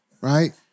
right